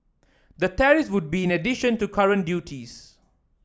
the tariffs would be in addition to current duties